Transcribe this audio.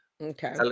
Okay